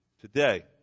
today